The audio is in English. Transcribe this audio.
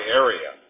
area